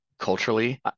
culturally